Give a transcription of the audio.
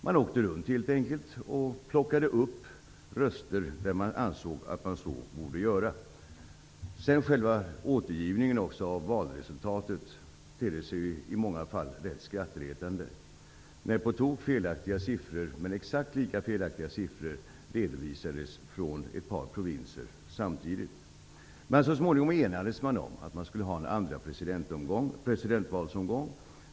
Man åkte helt enkelt runt och plockade upp röster där man ansåg att man så borde göra. Även själva återgivningen av valresultatet tedde sig i många fall skrattretande, när på tok felaktiga siffror men exakt lika felaktiga redovisades från ett par provinser samtidigt. Så småningom enades man om att man skulle ha en andra presidentvalsomgång.